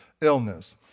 illness